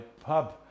pub